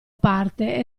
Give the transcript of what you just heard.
parte